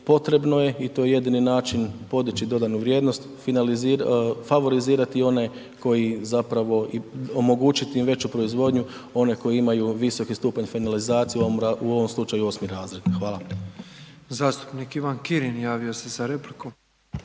potrebno je i to jedini način, podiči dodanu vrijednost, favorizirati one koji zapravo i omogućiti im veću proizvodnju onim koji imaju visoki stupanj finalizacije, u ovom slučaju osmi razred, hvala. **Petrov, Božo (MOST)** Zastupnik Ivan Kirin javio se za repliku.